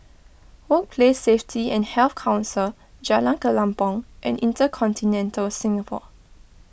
Workplace Safety and Health Council Jalan Kelempong and Intercontinental Singapore